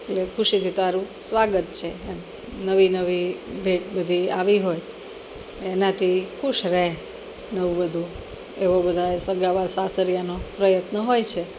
એટલે ખુશીથી તારું સ્વાગત છે એમ નવી નવી ભેટ બધી આવી હોય ને એનાથી ખુશ રહે નવવધુ એવો બધા સગા સાસરિયાનો પ્રયત્ન હોય છે